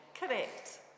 Correct